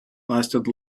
lasted